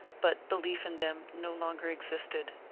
but belief in them no longer existed.